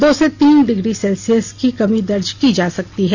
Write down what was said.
दो से तीन डिग्री सेल्सियस की कमी दर्ज की जा सकती है